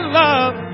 love